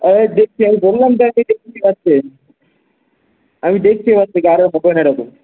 আর দেখছি আমি বললাম ত দেখছি আমি দেখছি আর হবে না এরকম